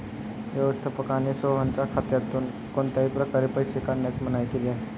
व्यवस्थापकाने सोहनच्या खात्यातून कोणत्याही प्रकारे पैसे काढण्यास मनाई केली आहे